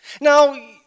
Now